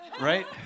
right